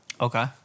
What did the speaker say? Okay